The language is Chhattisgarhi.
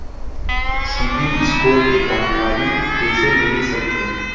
सिबील स्कोर के जानकारी कइसे मिलिस सकथे?